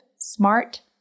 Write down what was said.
smart